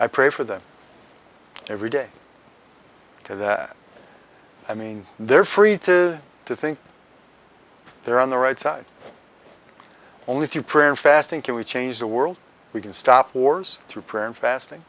i pray for them every day to that i mean they're free to to think they're on the right side only through prayer and fasting can we change the world we can stop wars through prayer and fasting